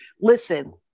listen